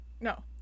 No